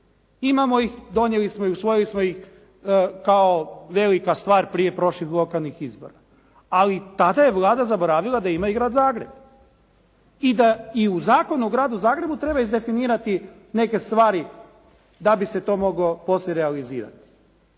Imamo ih, donijeli smo ih, usvojili smo ih kao velika stvar prije prošlih lokalnih izbora. Ali tada je Vlada zaboravila da ima Grad Zagreb i da i u Zakonu o Gradu Zagrebu treba izdefinirati neke stvari da bi se to moglo poslije realizirati.